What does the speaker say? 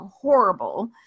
horrible